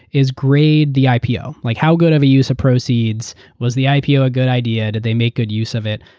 is grade the ah ipo. like how good of a use of proceeds? was the ipo a good idea? did they make good use of it?